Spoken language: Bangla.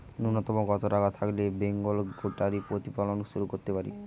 নূন্যতম কত টাকা থাকলে বেঙ্গল গোটারি প্রতিপালন শুরু করতে পারি?